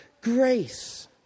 grace